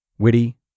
witty